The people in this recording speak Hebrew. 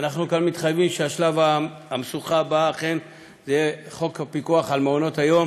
ואנחנו כאן מתחייבים שהמשוכה הבאה אכן תהיה חוק הפיקוח על מעונות היום.